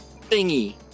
Thingy